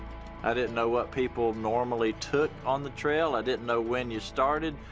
i didn't know what people normally took on the trail. i didn't know when you started,